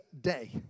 day